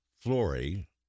Flory